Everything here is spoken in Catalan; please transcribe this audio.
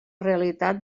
realitat